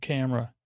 Camera